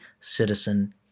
Citizen